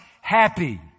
happy